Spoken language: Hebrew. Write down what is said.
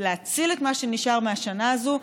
להציל את מה שנשאר מהשנה הזו,